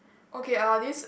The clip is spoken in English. okay uh this